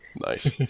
nice